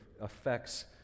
affects